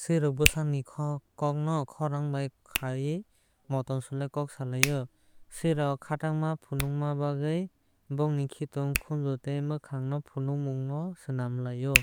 Suirok bwsakni kok khorang khaaiui tei motom suyui kok salaio. Sui rok khaataangma phunukna bagwi bongni khitung khunju tei mwkhangni phunukmungrokno swnam laio.